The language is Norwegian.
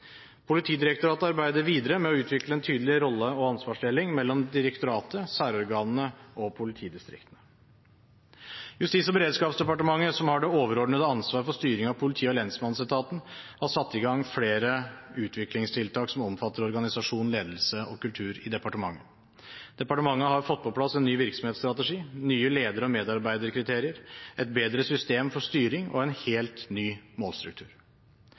Politidirektoratet arbeider videre med å utvikle en tydelig rolle og ansvarsdeling mellom direktoratet, særorganene og politidistriktene. Justis- og beredskapsdepartementet, som har det overordnede ansvaret for styring av politi- og lensmannsetaten, har satt i gang flere utviklingstiltak som omfatter organisasjon, ledelse og kultur i departementet. Departementet har fått på plass en ny virksomhetsstrategi, nye ledere og medarbeiderkriterier, et bedre system for styring og en helt ny målstruktur.